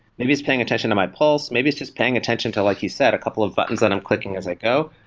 maybe it's paying attention to my pulse. maybe it's paying attention to, like you said, a couple of buttons that i'm clicking as i go.